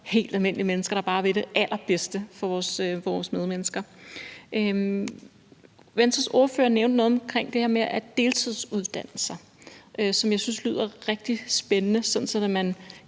helt almindelige mennesker, der bare vil det allerbedste for vores medmennesker. Venstres ordfører nævnte noget, som jeg synes lyder rigtig spændende, omkring det